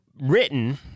written